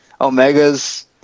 omega's